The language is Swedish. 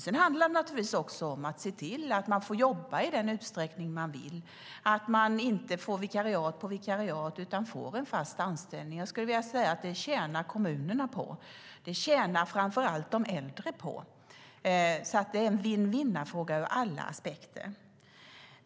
Sedan handlar det naturligtvis också om att se till att man får jobba i den utsträckning man vill, att man inte får vikariat på vikariat utan får en fast anställning. Jag skulle vilja säga att kommunerna tjänar på det. Framför allt de äldre tjänar på det. Det är alltså en vinn-vinn-fråga ur alla aspekter.